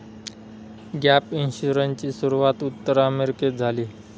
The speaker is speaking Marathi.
गॅप इन्शुरन्सची सुरूवात उत्तर अमेरिकेत झाली